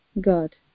God